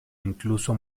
incluso